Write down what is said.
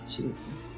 Jesus